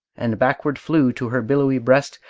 and backward flew to her billowy breast,